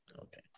Okay